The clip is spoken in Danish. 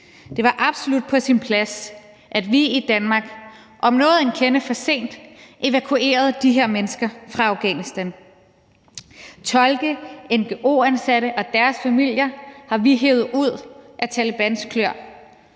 Det var absolut på sin plads, at vi i Danmark om end en kende for sent evakuerede de her mennesker fra Afghanistan. Tolke, ngo-ansatte og deres familier har vi hevet ud af Talebans kløer,